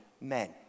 men